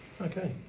Okay